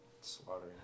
slaughtering